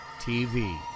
TV